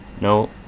No